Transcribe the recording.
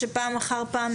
שפעם אחר פעם,